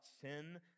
sin